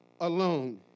alone